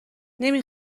نمی